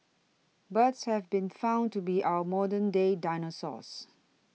birds have been found to be our modern day dinosaurs